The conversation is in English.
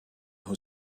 who